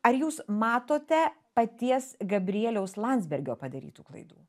ar jūs matote paties gabrieliaus landsbergio padarytų klaidų